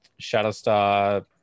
Shadowstar